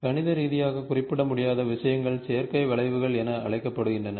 கணித ரீதியாக குறிப்பிட முடியாத விஷயங்கள் செயற்கை வளைவுகள் என அழைக்கப்படுகின்றன